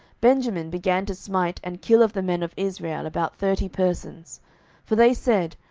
benjamin began to smite and kill of the men of israel about thirty persons for they said,